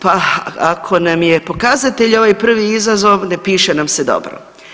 Pa, ako nam je pokazatelj ovaj prvi izazov, ne piše nam se dobro.